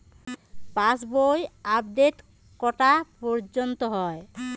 পাশ বই আপডেট কটা পর্যন্ত হয়?